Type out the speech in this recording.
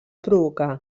provocar